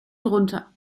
runter